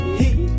heat